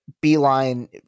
Beeline